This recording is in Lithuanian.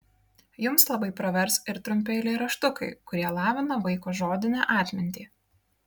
jums labai pravers ir trumpi eilėraštukai kurie lavina vaiko žodinę atmintį